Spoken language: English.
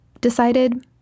decided